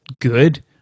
good